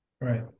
Right